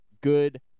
good